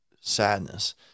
sadness